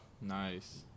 nice